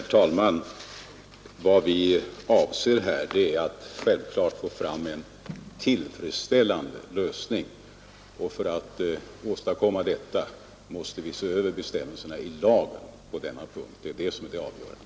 Herr talman! Vad vi avser är självfallet att få fram en tillfredsställande lösning och för att åstadkomma detta måste vi se över bestämmelserna i lagen på denna punkt. Det är det avgörande i detta sammanhang.